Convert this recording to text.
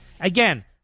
Again